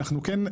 אנחנו כן,